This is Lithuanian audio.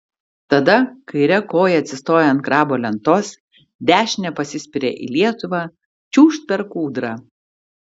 tada kaire koja atsistoja ant grabo lentos dešine pasispiria į lietuvą čiūžt per kūdrą